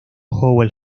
howell